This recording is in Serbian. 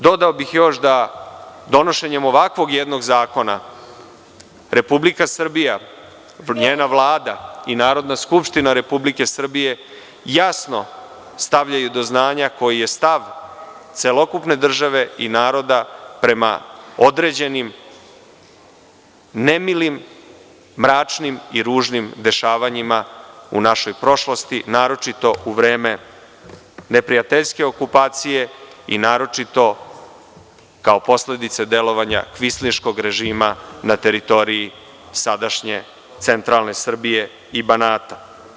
Dodao bih još da donošenjem ovakvog jednog zakona Republika Srbija, njena Vlada i Narodna skupština Republike Srbije jasno stavljaju do znanja koji je stav celokupne države i naroda prema određenim nemilim, mračnim i ružnim dešavanjima u našoj prošlosti, naročito u vreme neprijateljske okupacije i naročito kao posledica delovanja kvinsliškog režima na teritoriji sadašnje centralne Srbije i Banata.